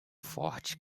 forte